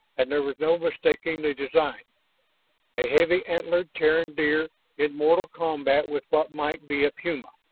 and there was no mistaking the design a heavy antlered terran deer in mortal combat with what might be a puma.